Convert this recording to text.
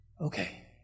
okay